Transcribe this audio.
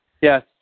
Yes